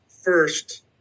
first